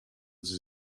sie